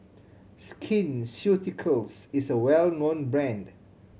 Skin Ceuticals is a well known brand